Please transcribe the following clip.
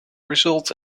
results